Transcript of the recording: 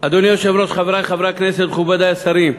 אדוני היושב-ראש, חברי חברי הכנסת, מכובדי השרים,